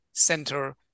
Center